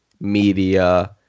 media